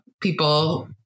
people